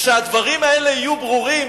כשהדברים האלה יהיו ברורים,